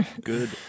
good